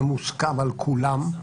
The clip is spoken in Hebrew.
זה מוסכם על כולם,